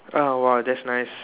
oh !wow! that's nice